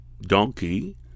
donkey